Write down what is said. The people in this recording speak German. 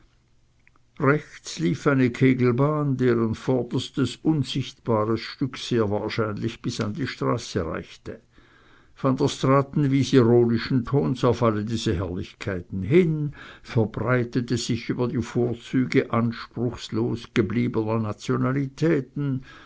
lief eine kegelbahn deren vorderstes unsichtbares stück sehr wahrscheinlich bis an die straße reichte van der straaten wies ironischen tons auf all diese herrlichkeiten hin verbreitete sich über die vorzüge anspruchslos gebliebener nationalitäten